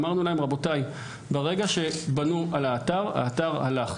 אמרנו להם: רבותיי, ברגע שבנו על האתר, האתר הלך.